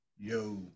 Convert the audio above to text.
Yo